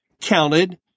counted